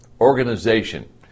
Organization